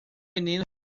menino